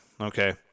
Okay